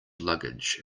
luggage